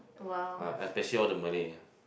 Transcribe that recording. ah especially all the Malay ah